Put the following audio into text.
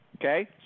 okay